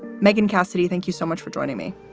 meghan cassidy, thank you so much for joining me.